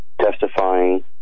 testifying